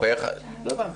שאלה טובה.